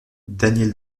daniel